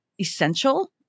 essential